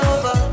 over